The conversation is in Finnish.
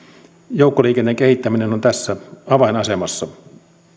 joukkoliikenteen kehittäminen on tässä avainasemassa